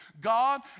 God